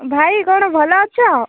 ଭାଇ କ'ଣ ଭଲ ଅଛ